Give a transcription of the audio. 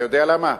אתה יודע למה?